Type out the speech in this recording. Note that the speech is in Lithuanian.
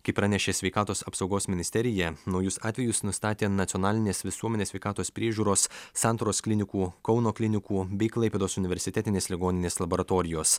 kaip pranešė sveikatos apsaugos ministerija naujus atvejus nustatė nacionalinės visuomenės sveikatos priežiūros santaros klinikų kauno klinikų bei klaipėdos universitetinės ligoninės laboratorijos